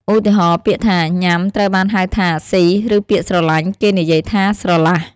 ឧទាហរណ៍ ពាក្យថា "ញ៉ាំ" ត្រូវបានហៅថា "ស៊ី" ឬពាក្យ "ស្រឡាញ់" គេនិយាយថា "ស្រលះ"។